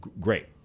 great